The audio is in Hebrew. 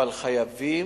אבל חייבים